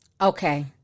Okay